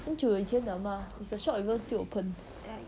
很久以前了 mah is the shop even still open